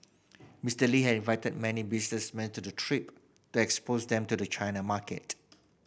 Mister Lee had invited many businessmen to the trip to expose them to the China market